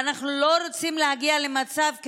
ואנחנו לא רוצים להגיע למצב,